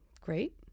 great